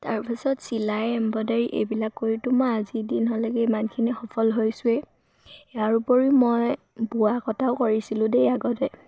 তাৰপাছত চিলাই এম্ব্ৰইডাৰী এইবিলাক কৰিতো মই আজি দিনলৈকে ইমানখিনি সফল হৈছোৱেই ইয়াৰ উপৰিও মই বোৱা কটাও কৰিছিলোঁ দেই আগতে